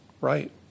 right